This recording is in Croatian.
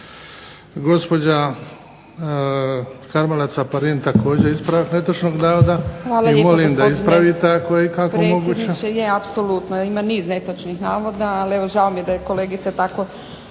Hvala lijepo. Gospodine